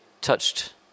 touched